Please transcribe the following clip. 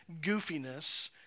goofiness